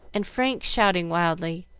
and frank shouting wildly,